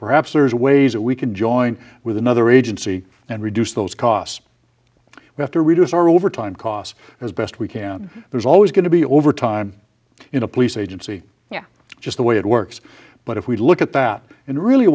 perhaps there's ways that we can join with another agency and reduce those costs we have to reduce our overtime costs as best we can there's always going to be overtime in a police agency just the way it works but if we look at that in really